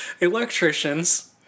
Electricians